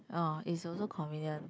orh is also convenient